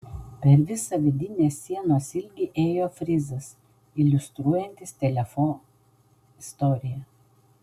per visą vidinės sienos ilgį ėjo frizas iliustruojantis telefo istoriją